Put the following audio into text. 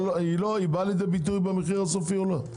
היא באה לידי ביטוי במחיר הסופי או לא?